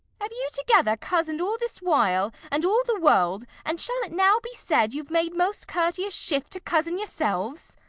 have you together cozen'd all this while, and all the world, and shall it now be said, you've made most courteous shift to cozen yourselves?